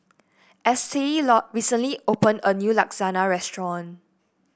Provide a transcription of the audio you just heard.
Estie recently opened a new Lasagna restaurant